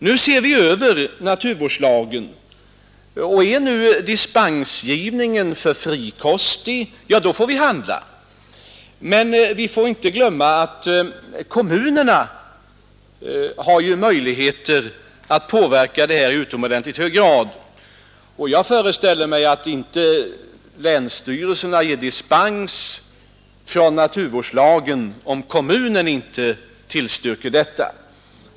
Nu ser vi över naturvårdslagen, och är dispensgivningen för frikostig, då får vi handla. Men man skall inte glömma att kommunerna har möjlighet att påverka dessa förhållanden i utomordentligt hög grad. Jag föreställer mig att en länsstyrelse inte ger dispens från naturvårdslagen om kommunen inte tillstyrker detta.